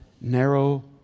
narrow